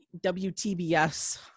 WTBS